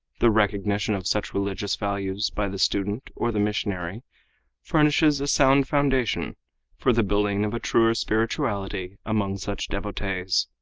the recognition of such religious values by the student or the missionary furnishes a sound foundation for the building of a truer spirituality among such devotees.